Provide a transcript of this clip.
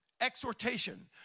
Exhortation